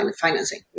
financing